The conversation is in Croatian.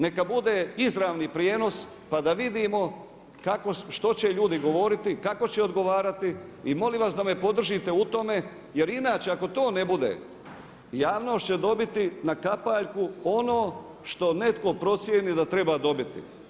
Neka bude izravni prijenos, pa da vidimo što će ljudi govoriti, kako će odgovoriti, i molim vas da me podržite u tome, jer inače ako to ne bude, javnost će dobiti na kapaljku ono što netko procijeni da treba dobiti.